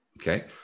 Okay